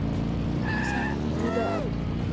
ᱵᱷᱟᱥᱟ ᱡᱩᱫᱟᱹᱜᱼᱟ